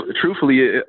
truthfully